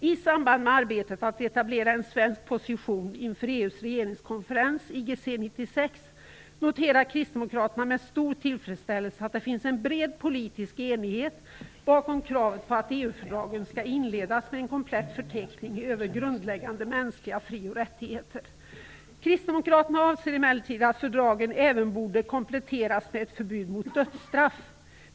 I samband med arbetet att etablera en svensk position inför EU:s regeringskonferens IGC 1996 noterar Kristdemokraterna med stor tillfredsställelse att det finns en bred politisk enighet bakom kravet på att EU fördragen skall inledas med en komplett förteckning över grundläggande mänskliga fri och rättigheter. Kristdemokraterna anser emellertid att fördragen även borde kompletteras med ett förbud mot dödsstraff.